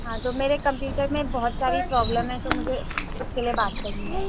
ہاں تو میرے کمپیوٹر میں بہت ساری پرابلم ہیں تو مجھے اس کے لیے بات کرنی ہے